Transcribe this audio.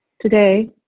Today